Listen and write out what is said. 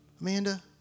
Amanda